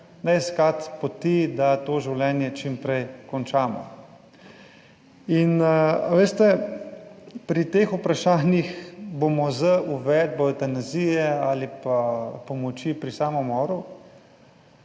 ne iskati poti, da to življenje čim prej končamo. In, a veste, pri teh vprašanjih bomo z uvedbo evtanazije ali pa pomoči pri samomoru